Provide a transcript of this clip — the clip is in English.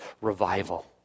revival